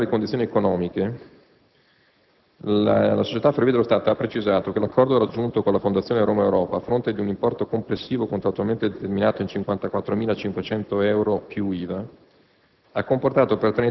Per quanto concerne le condizioni economiche, la società Ferrovie dello Stato ha precisato che l'accordo raggiunto con la Fondazione Romaeuropa - a fronte di un importo complessivo contrattualmente determinato in 54.500 euro più IVA